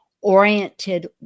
oriented